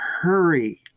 Hurry